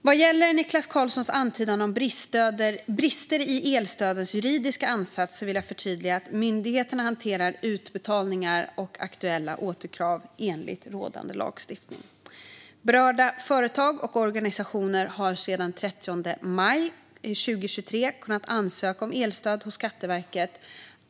Vad gäller Niklas Karlssons antydan om brister i elstödens juridiska ansats vill jag förtydliga att myndigheterna hanterar utbetalningar och aktuella återkrav enligt rådande lagstiftning. Berörda företag och organisationer har sedan den 30 maj 2023 kunnat ansöka om elstöd hos Skatteverket.